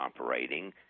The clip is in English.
operating